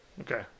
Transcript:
Okay